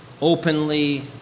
openly